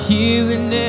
healing